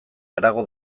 harago